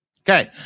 Okay